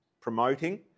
promoting